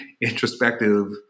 introspective